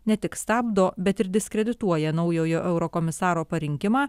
ne tik stabdo bet ir diskredituoja naujojo eurokomisaro parinkimą